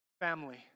Family